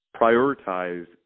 prioritize